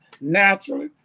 naturally